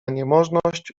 niemożność